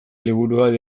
liburua